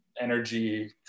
energy